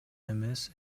эмес